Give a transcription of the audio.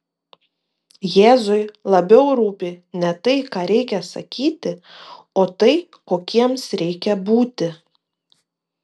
jėzui labiau rūpi ne tai ką reikia sakyti o tai kokiems reikia būti